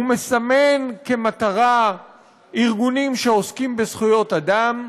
הוא מסמן כמטרה ארגונים שעוסקים בזכויות אדם,